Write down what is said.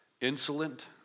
insolent